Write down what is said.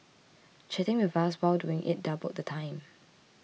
chatting with us while doing it doubled the time